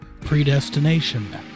Predestination